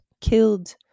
killed